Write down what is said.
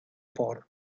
por